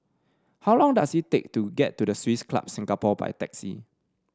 how long does it take to get to the Swiss Club Singapore by taxi